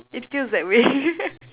it feels that way